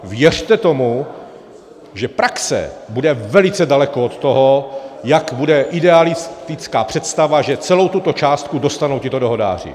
Věřte tomu, že praxe bude velice daleko od toho, jak bude idealistická představa, že celou tuto částku dostanou tito dohodáři.